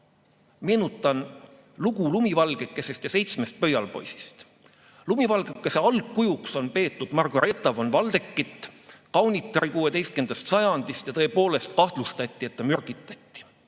meenutan lugu Lumivalgekesest ja seitsmest pöialpoisist. Lumivalgekese algkujuks on peetud Margaretha von Waldeckit, kaunitari 16. sajandist. Tõepoolest, kahtlustati, et ta mürgitati.